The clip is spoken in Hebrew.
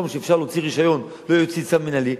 שאפשר להוציא רשיון לא יוציאו צו מינהלי,